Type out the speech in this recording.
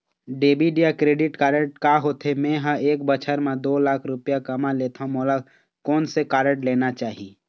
Debit या credit card का होथे, मे ह एक बछर म दो लाख रुपया कमा लेथव मोला कोन से कारड लेना चाही?